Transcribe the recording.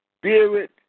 spirit